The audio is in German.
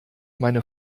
meine